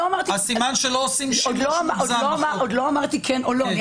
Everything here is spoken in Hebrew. עוד לא אמרתי כן או לא.